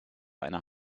einer